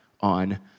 on